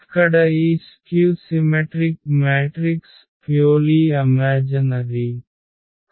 ఇక్కడ ఈ skew symmetric matrix పూర్తిగా ఊహాత్మకమైనవి